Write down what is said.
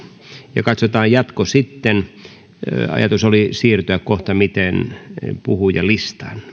ja katsotaan jatko sitten ajatus oli siirtyä kohtamiten puhujalistaan